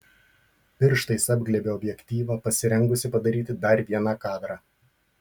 pirštais apglėbiau objektyvą pasirengusi padaryti dar vieną kadrą